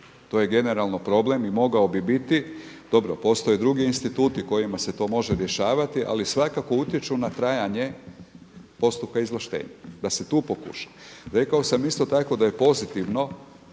to je generalno problem i mogao bi biti. Dobro postoje drugi instituti kojima se to može rješavati ali svakako utječu na trajanje postupka izvlaštenja, da se tu pokuša. Rekao sam isto tako da je pozitivno